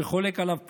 שחולק עליו פוליטית.